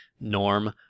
norm